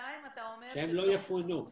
שהם לא יפונו.